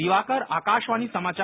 दिवाकर आकाशवाणी समाचार